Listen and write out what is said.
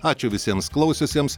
ačiū visiems klausiusiems